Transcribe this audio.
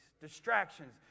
distractions